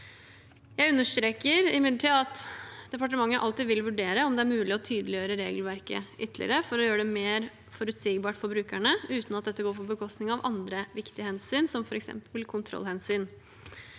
Jeg understreker imidlertid at departementet alltid vil vurdere om det er mulig å tydeliggjøre regelverket ytterligere for å gjøre det mer forutsigbart for brukerne, uten at dette går på bekostning av andre viktige hensyn, som f.eks. kontrollhensyn.